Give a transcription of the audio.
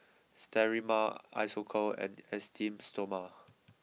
Sterimar Isocal and Esteem Stoma